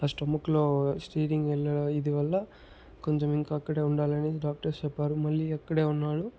ఆ స్టమక్ లో స్టీరింగ్ వెళ్ళడం ఇది వల్ల కొంచం ఇంకా అక్కడే ఉండాలని డాక్టర్స్ చెప్పారు మళ్ళీ అక్కడే ఉన్నాడు